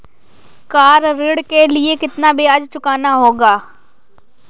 Car ऋण के लिए कितना ब्याज चुकाना होगा?